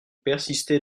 persistez